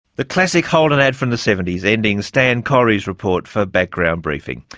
the classic holden ad from the seventies ending stan correy's report for background briefing.